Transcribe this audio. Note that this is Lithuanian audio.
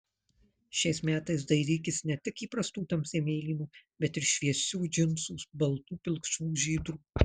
šiais metais dairykis ne tik įprastų tamsiai mėlynų bet ir šviesių džinsų baltų pilkšvų žydrų